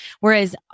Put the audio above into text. Whereas